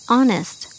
Honest